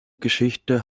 geschichte